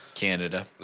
Canada